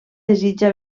desitja